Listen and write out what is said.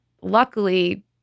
luckily